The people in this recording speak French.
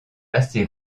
assez